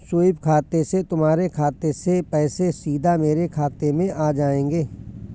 SVEEP खाते से तुम्हारे खाते से पैसे सीधा मेरे खाते में आ जाएंगे